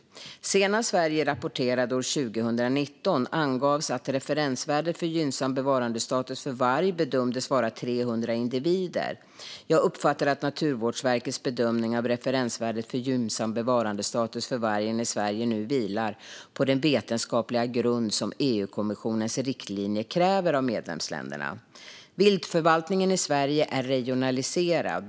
Senast Sverige rapporterade, år 2019, angavs att referensvärdet för gynnsam bevarandestatus för varg bedömdes vara 300 individer. Jag uppfattar att Naturvårdsverkets bedömning av referensvärdet för gynnsam bevarandestatus för vargen i Sverige nu vilar på den vetenskapliga grund som EU-kommissionens riktlinjer kräver av medlemsländerna. Viltförvaltningen i Sverige är regionaliserad.